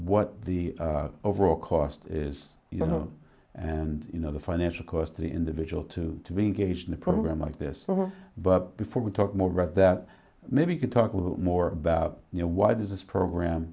what the overall cost is you know and you know the financial cost of the individual to be gauged the program like this but before we talk more about that maybe you could talk a little more about you know why does this program